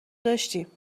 داشتیم